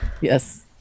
Yes